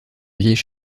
vieilles